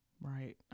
right